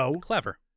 Clever